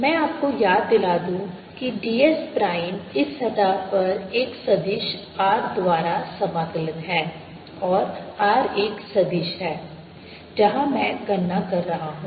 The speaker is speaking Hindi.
मैं आपको याद दिला दूं कि ds प्राइम इस सतह पर एक सदिश R द्वारा समाकलन है और R एक सदिश है जहां मैं गणना कर रहा हूं